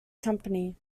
company